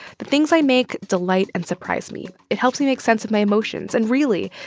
the things i make delight and surprise me. it helps me make sense of my emotions. and really,